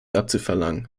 abzuverlangen